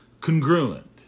congruent